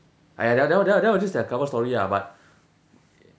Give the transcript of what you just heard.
!aiya! that one that one that one was just their cover story ah but